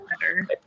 better